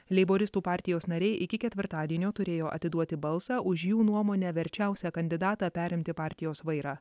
leiboristų partijos nariai iki ketvirtadienio turėjo atiduoti balsą už jų nuomone verčiausią kandidatą perimti partijos vairą